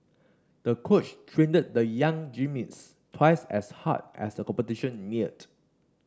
the coach trained the young twice as hard as the competition neared